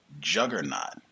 juggernaut